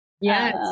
Yes